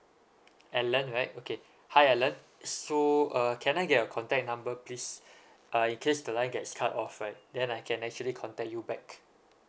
allen right okay hi allen so err can I get your contact number please uh in case the line gets cut off right then I can actually contact you back